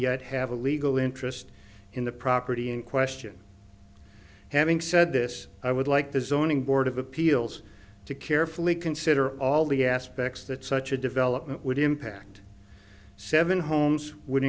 yet have a legal interest in the property in question having said this i would like the zoning board of appeals to carefully consider all the aspects that such a development would impact seven homes would